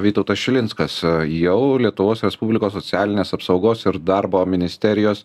vytautas šilinskas jau lietuvos respublikos socialinės apsaugos ir darbo ministerijos